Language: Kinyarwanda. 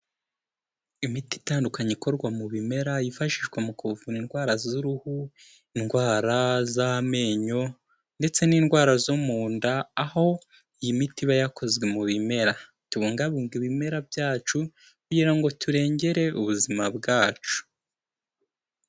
Imiti itandukanye ikorwa mu bimera yifashishwa mu kuvura indwara z'uruhu, indwara z'amenyo ndetse n'indwara zo mu nda, aho iyi miti iba yakozwe mu bimera. Tubungabunge ibimera byacu kugira ngo turengere ubuzima bwacu.